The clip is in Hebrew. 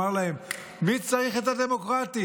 אמר להם: מי צריך את ה"דמוקרטית"?